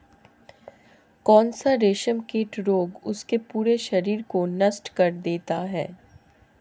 कौन सा रेशमकीट रोग उसके पूरे शरीर को नष्ट कर देता है?